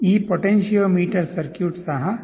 ಈ potentiometer circuit ಸಹ ಇದೆ